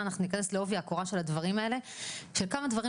אנחנו ניכנס לעובי הקורה של הדברים האלה ושל כמה דברים